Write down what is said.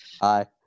Hi